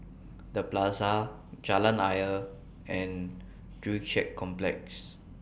The Plaza Jalan Ayer and Joo Chiat Complex